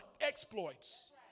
exploits